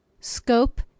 scope